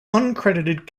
uncredited